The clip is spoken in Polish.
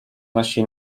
nosi